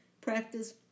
Practice